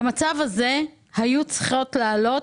במצב הזה היו צריכות לעלות